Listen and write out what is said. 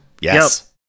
Yes